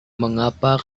mengapa